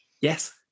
yes